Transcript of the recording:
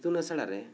ᱤᱛᱩᱱ ᱟᱥᱲᱟ ᱨᱮ